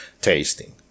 tasting